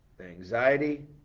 anxiety